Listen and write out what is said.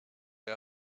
wir